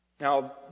Now